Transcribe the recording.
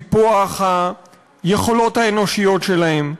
טיפוח היכולות האנושיות שלהם.